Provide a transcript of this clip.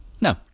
No